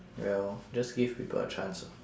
well just give people a chance